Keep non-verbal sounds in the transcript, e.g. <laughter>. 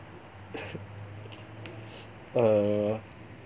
<laughs> err